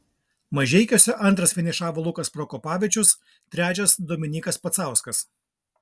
mažeikiuose antras finišavo lukas prokopavičius trečias dominykas pacauskas